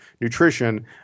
nutrition